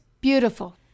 beautiful